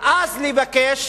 ואז לבקש